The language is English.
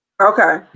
Okay